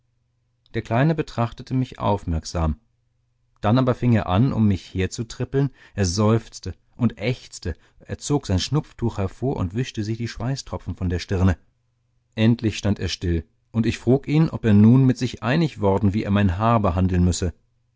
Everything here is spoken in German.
der kleine betrachtete mich aufmerksam dann aber fing er an um mich her zu trippeln er seufzte und ächzte er zog sein schnupftuch hervor und wischte sich die schweißtropfen von der stirne endlich stand er still und ich frug ihn ob er nun mit sich einig worden wie er mein haar behandeln müsse